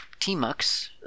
tmux